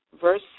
verse